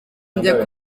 njya